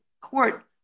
court